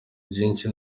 byinshi